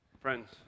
Friends